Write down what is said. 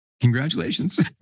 congratulations